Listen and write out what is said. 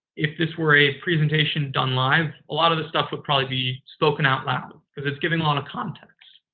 if there were a presentation done live, a lot of this stuff would probably be spoken out loud because it's giving a lot of context.